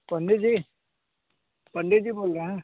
पंडित जी पंडित जी बोल रहे हैं